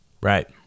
Right